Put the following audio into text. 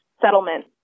settlement